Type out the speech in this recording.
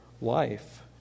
life